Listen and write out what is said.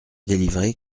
délivré